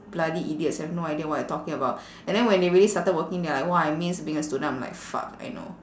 bloody idiots have no idea what they talking about and then when they really started working they're like !wah! I miss being a student I'm like fuck I know